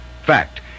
Fact